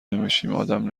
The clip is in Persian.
نمیشیم، ادم